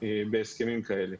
בהסכמים כאלה.